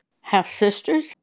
half-sisters